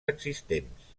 existents